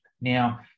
Now